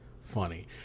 funny